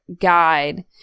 guide